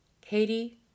Katie